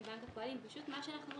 הדברים שהם דברים מיידיים, מה שנקרא,